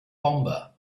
bomber